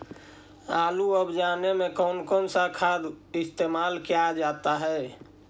आलू अब जाने में कौन कौन सा खाद इस्तेमाल क्या जाता है?